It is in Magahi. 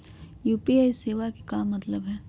यू.पी.आई सेवा के का मतलब है?